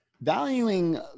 valuing